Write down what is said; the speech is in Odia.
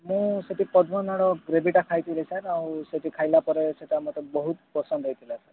ହଁ ମୁଁ ସେଠି ପଦ୍ମନାଡ଼ ଗ୍ରେଭିଟା ଖାଇଥିଲି ସାର୍ ଆଉ ସେଠି ଖାଇଲାପରେ ସେଟା ମୋତେ ବହୁତ ପସନ୍ଦ ହେଇଥିଲା ସାର୍